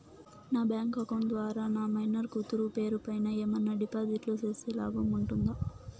నా bank account ద్వారా నా మైనర్ కూతురు పేరు పైన ఏమన్నా డిపాజిట్లు సేస్తే లాభం ఉంటుందా?